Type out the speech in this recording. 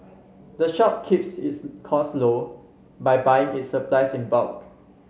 the shop keeps its cost low by buying it supplies in bulk